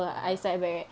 (uh huh)